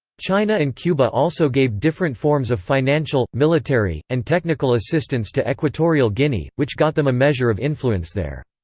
china and cuba also gave different forms of financial, military, and technical assistance to equatorial guinea, which got them a measure of influence there.